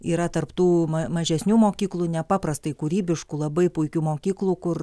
yra tarp tų mažesnių mokyklų nepaprastai kūrybiškų labai puikių mokyklų kur